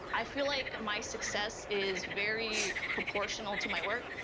i feel like my success is very proportional to my work.